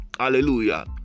Hallelujah